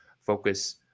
focus